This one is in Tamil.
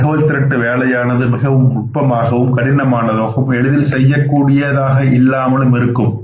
இந்த தகவல் திரட்டல் வேலையானது மிகவும் நுட்பமாகவும் கடினமானதாகவும் எளிதில் செய்யக் கூடியதாக இல்லாமலும் இருக்கும்